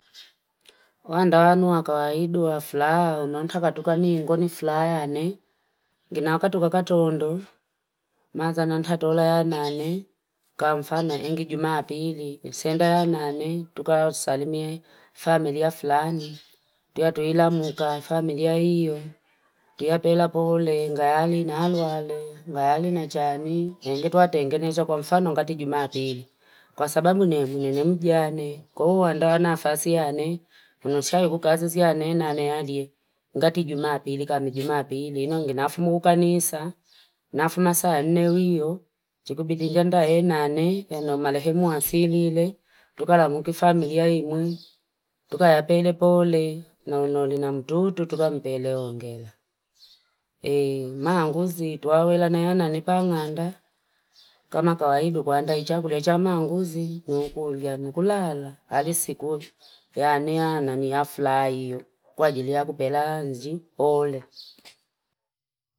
Wanda wanu wakawaidu waflaho, nontaka tuka ni ingoni flahane. Gina wakatuka kato hondo, maza nontatola yane, kwa mfano hengi juma apili. Senda yane, tuka usasalimiye familya flahane. Tuyatuhila muka, familya iyo. Tuyapela pole, ngayali na aluale, ngayali na chani. Henge tuwa tengenezo kwa mfano ngati juma apili. Kwa sababu ni mjani. Kuhu wanda wanafasi yane, mnoshayi kukazisi yane, nane yade. Ngati juma apili, kami juma apili. Inongi nafumu kukanisa, nafumu saa yane, wiyo. Chikubidi janda yane, yane omalehe muasili le. Tukala muki familya imu. Tukalapele pole, naunoli na mtutu, tukalapele ongele. Eeee, maanguzi, tuawela na yane, nipanganda. Kama kawahibu kuhandaichakulia cha maanguzi, ni ukulia, ni ukulala. Halisikuli. Yane yana, ni afla iyo. Kwa julia kupelanzi ole.